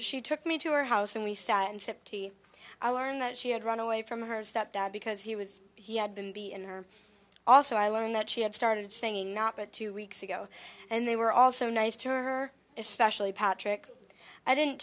she took me to her house and we sat and sip tea i learned that she had run away from her stepdad because he was he had been b in her also i learned that she had started singing not at two weeks ago and they were also nice to her especially patrick i didn't